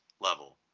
level